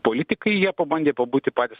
politikai jie pabandė pabūti patys